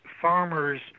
farmers